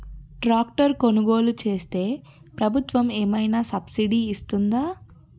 Tractor కొనుగోలు చేస్తే ప్రభుత్వం ఏమైనా సబ్సిడీ ఇస్తుందా?